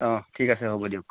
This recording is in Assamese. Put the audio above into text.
অ ঠিক আছে হ'ব দিয়ক